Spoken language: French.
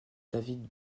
david